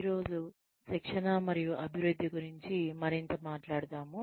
ఈ రోజు శిక్షణ మరియు అభివృద్ధి గురించి మరింత మాట్లాడతాము